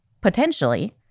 Potentially